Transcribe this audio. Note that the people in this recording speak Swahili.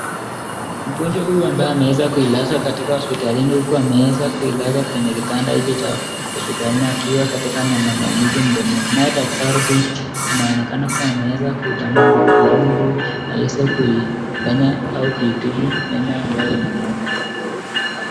Mgonjwa huyu ambaye ameweza kulazwa katika hospitalini huku ameweza kulazwa kwenye kitanda hiki cha hospitalini akiwa katika maumivu mdomoni, naye daktari huyu anaonekana kuwa ameweza kuipanua mdomo huu aweze kuifanya au kuitibu meno ambayo inamuuma.